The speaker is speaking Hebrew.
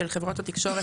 של חברות התקשורת,